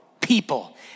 people